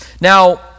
Now